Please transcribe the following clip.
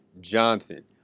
Johnson